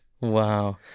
Wow